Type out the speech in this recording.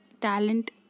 talent